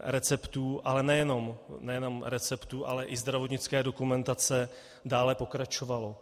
receptů, a nejenom receptů, ale i zdravotnické dokumentace dále pokračovalo.